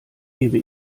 gebe